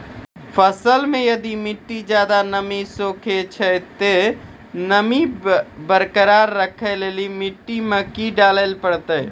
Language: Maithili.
फसल मे यदि मिट्टी ज्यादा नमी सोखे छै ते नमी बरकरार रखे लेली मिट्टी मे की डाले परतै?